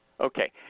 Okay